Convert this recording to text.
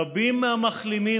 רבים מהמחלימים,